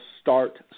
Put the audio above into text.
start